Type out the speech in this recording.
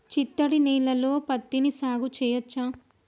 చిత్తడి నేలలో పత్తిని సాగు చేయచ్చా?